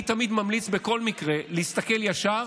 אני תמיד ממליץ בכל מקרה להסתכל ישר